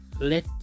let